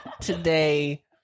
today